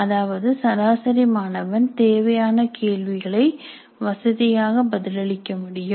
அதாவது சராசரி மாணவன் தேவையான கேள்விகளை வசதியாக பதிலளிக்க முடியும்